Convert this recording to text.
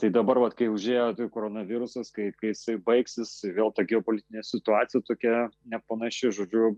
tai dabar vat kai užėjo koronavirusas kai kai jisai baigsis vėl ta geopolitinė situacija tokia nepanaši žodžiu